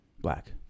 Black